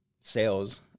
sales